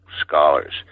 scholars